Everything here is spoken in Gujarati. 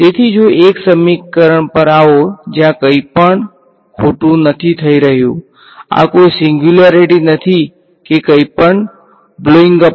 તેથી જો એક સમીકરણ પર આવો જ્યાં કંઈપણ ખોટું નથી થઈ રહ્યું ત્યાં કોઈ સીંગ્યુલારીટી નથી કે કંઈપણ બ્લોઈંગ અપ નથી